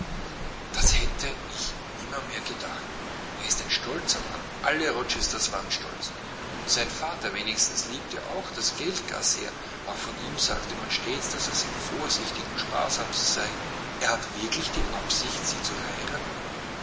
das hätte ich nimmermehr gedacht er ist ein stolzer mann alle rochesters waren stolz und sein vater wenigstens liebte auch das geld gar sehr auch von ihm sagte man stets daß er sehr vorsichtig und sparsam sei er hat wirklich die absicht sie zu